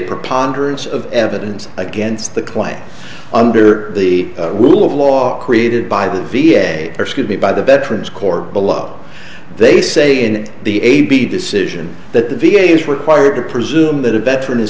preponderance of evidence against the claim under the rule of law created by the v a excuse me by the veterans court below they say in the a b decision that the v a is required to presume that a veteran is